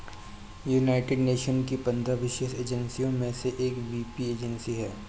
United Nations की पंद्रह विशेष एजेंसियों में से एक वीपो एजेंसी है